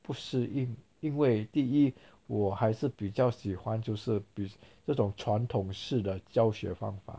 不是因因为第一我还是比较喜欢就是这种传统式的教学方法